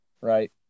right